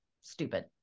stupid